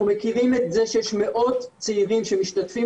אנחנו מכירים את זה שיש מאות צעירים שמשתתפים